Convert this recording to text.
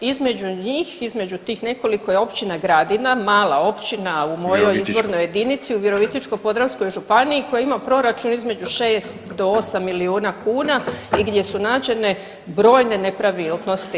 Između njih, između tih nekoliko je općina Gradina mala općina u [[Upadica: Virovitičko.]] mojoj izbornoj jedinici u Virovitičko-podravskoj županiji koja ima proračun između 6 do 8 milijuna kuna i gdje su nađene brojne nepravilnosti.